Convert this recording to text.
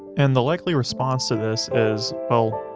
and the likely response to this, is well,